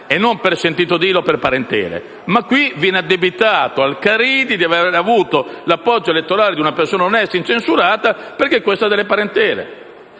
ho posto mille volte. Ma qui viene addebitato al Caridi di aver avuto l'appoggio elettorale di una persona onesta e incensurata perché questa ha delle parentele.